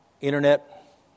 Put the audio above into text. internet